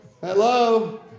Hello